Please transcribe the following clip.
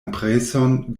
impreson